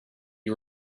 you